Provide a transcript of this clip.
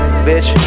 Bitch